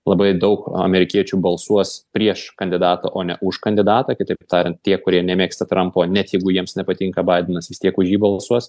labai daug amerikiečių balsuos prieš kandidatą o ne už kandidatą kitaip tariant tie kurie nemėgsta trampo net jeigu jiems nepatinka baidenas vis tiek už jį balsuos